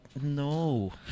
no